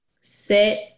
sit